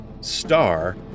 star